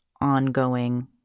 ongoing